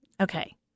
Okay